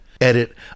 Edit